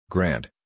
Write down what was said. Grant